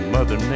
Mother